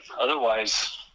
otherwise